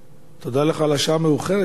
תודה לך על שאתה פה בשעה המאוחרת הזאת.